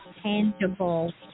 tangible